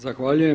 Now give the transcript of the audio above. Zahvaljujem.